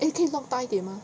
eh 可以弄大一点吗